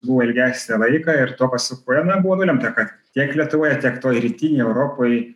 buvo ilgesnį laiką ir to pasekoje na buvo nulemta kad tiek lietuvoje tiek toj rytinėj europoj